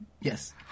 yes